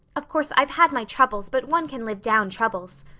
of course, i've had my troubles, but one can live down troubles.